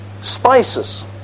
spices